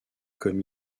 comme